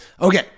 Okay